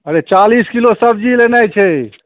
अरे चालिस किलो सब्जी लेनाइ छै